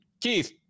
Keith